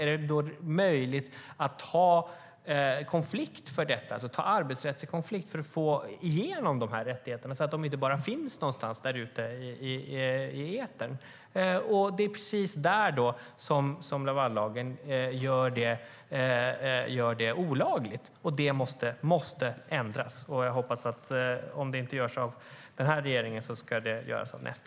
Är det då möjligt att få igenom de här rättigheterna, så att de inte bara finns någonstans där ute i etern? Lavallagen gör det olagligt. Det måste ändras. Om det inte görs av den här regeringen ska det göras av nästa.